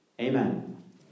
Amen